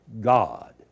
God